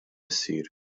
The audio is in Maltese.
issir